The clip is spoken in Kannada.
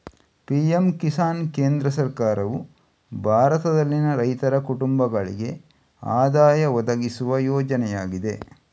ಪಿ.ಎಂ ಕಿಸಾನ್ ಕೇಂದ್ರ ಸರ್ಕಾರವು ಭಾರತದಲ್ಲಿನ ರೈತರ ಕುಟುಂಬಗಳಿಗೆ ಆದಾಯ ಒದಗಿಸುವ ಯೋಜನೆಯಾಗಿದೆ